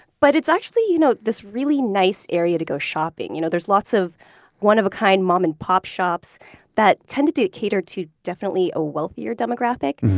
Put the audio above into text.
but it's actually you know this really nice area to go shopping. you know there's lots of one of a kind mom and pop shops that tend to to cater to definitely a wealthier demographic,